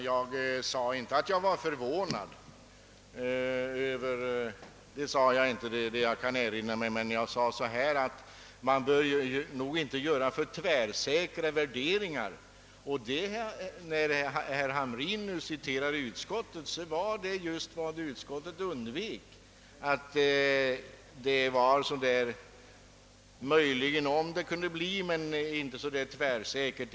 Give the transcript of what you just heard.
Herr talman! Enligt vad jag kan erinra mig sade jag inte att jag var förvånad, men jag sade att man inte bör göra för tvärsäkra värderingar. Herr Hamrin i Jönköping citerar utskottet, men vad utskottet undvek var just att göra tvärsäkra uttalanden. Utskottet kunde möjligen tänka sig att vara med om en försöksverksamhet, om en sådan kunde genomföras, men ville inte uttala sig så där tvärsäkert.